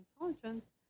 intelligence